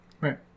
Right